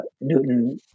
Newton